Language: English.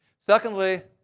secondly,